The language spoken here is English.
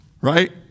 Right